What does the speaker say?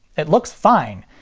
it looks fine.